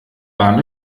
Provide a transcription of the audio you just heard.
bahn